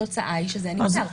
התוצאה היא שזה נמסר.